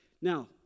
Now